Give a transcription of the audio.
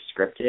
scripted